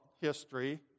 history